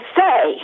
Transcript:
say